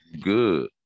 Good